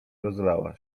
rozlała